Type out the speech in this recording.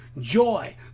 Joy